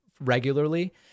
regularly